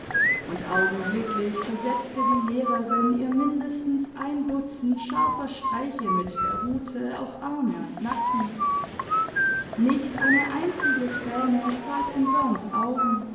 und augenblicklich versetzte die lehrerin ihr mindestens ein dutzend scharfer streiche mit der rute auf arme und nacken nicht eine einzige thräne trat in burns augen